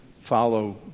follow